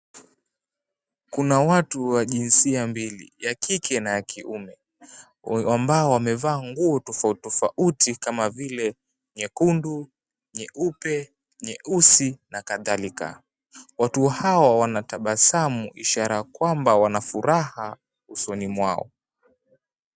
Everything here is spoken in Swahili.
Kuna watu wa jinsia mbili; ya kike na ya kiume, ambao wamevaa nguo tofauti tofauti kama vile nyekundu, nyeupe, nyeusi na kadhalika. Watu hawa wanatabasamu, ishara kwamba wana furaha usoni mwao.